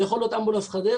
זה יכול להיות אמבולנס חדרה,